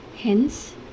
Hence